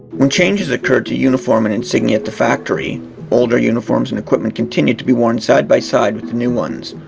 when changes occurred to uniform and insignia at the factory older uniforms and equipment continued to be worn side by side with the new ones.